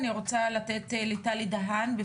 אני רוצה לתת לטלי דהן את